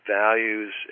values